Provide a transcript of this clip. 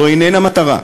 זו איננה מטרה,